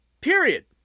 Period